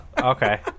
Okay